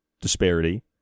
disparity